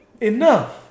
Enough